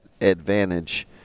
advantage